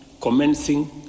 commencing